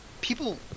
people